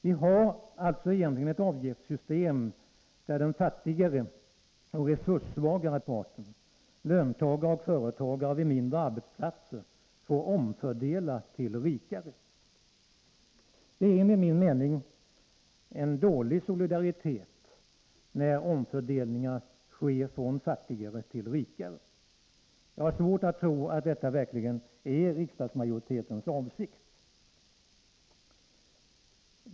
Vi har egentligen ett avgiftssystem där den fattigare och resurssvagare parten — löntagare och företagare vid mindre arbetsplatser — får omfördela till den rikare. Det är enligt min mening en dålig solidaritet när omfördelningar sker från fattigare till rikare. Jag har svårt att tro att detta verkligen är riksdagsmajoritetens avsikt.